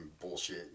bullshit